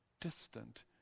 distant